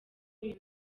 uyu